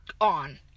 on